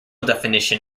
definition